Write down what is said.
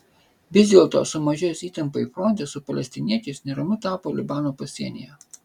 vis dėlto sumažėjus įtampai fronte su palestiniečiais neramu tapo libano pasienyje